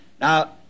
now